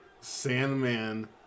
Sandman